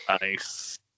Nice